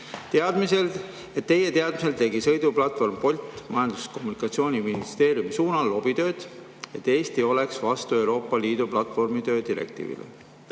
teadmisel tegi sõiduplatvorm Bolt Majandus- ja Kommunikatsiooniministeeriumi suunal lobitööd, et Eesti oleks vastu Euroopa Liidu platvormitöö direktiivile.